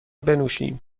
بنوشیم